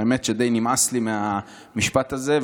האמת שדי נמאס לי מהמילה הזאת.